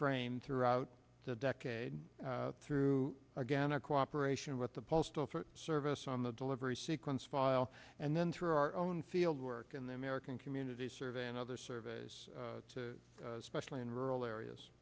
frame throughout the decade through again our cooperation with the postal service on the delivery sequence file and then through our own field work in the american community survey and other surveys specially in rural areas